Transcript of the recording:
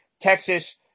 Texas